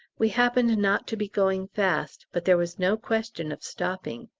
we happened not to be going fast, but there was no question of stopping.